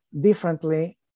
differently